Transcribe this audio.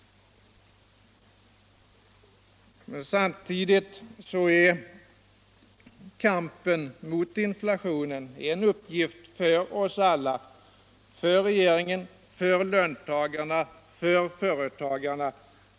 Men samtidigt är kampen mot inflationen en uppgift för oss alla — för regeringen, för löntagarna, för företagarna.